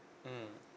mmhmm